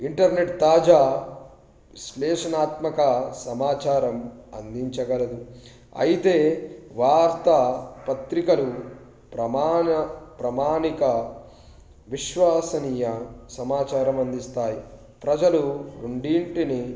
internet తాజా విశ్లేషణాత్మక సమాచారం అందించగలదు అయితే వార్తా పత్రికలు ప్రమాణ ప్రామాణిక విశ్వసనీయ సమాచారం అందిస్తాయి ప్రజలు రెండింటిని